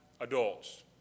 adults